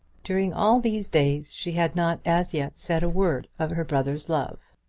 during all these days she had not as yet said a word of her brother's love.